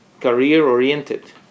career-oriented